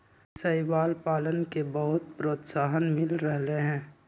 शैवाल पालन के बहुत प्रोत्साहन मिल रहले है